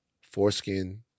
foreskin